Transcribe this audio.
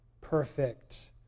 perfect